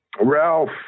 Ralph